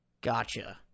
gotcha